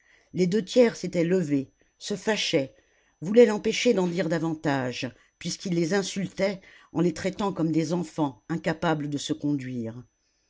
les deux tiers s'étaient levés se fâchaient voulaient l'empêcher d'en dire davantage puisqu'il les insultait en les traitant comme des enfants incapables de se conduire